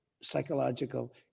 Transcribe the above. psychological